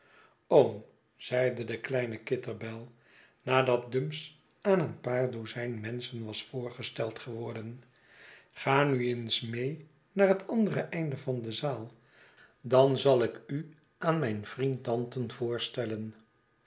oom zeide de kleine kitterbell nadat dumps aan een paar dozijn menschen was voorgesteld geworden ga nu eens mee naar het andere einde van de zaal dan zal ik u aan mijn vriend danton voorstellen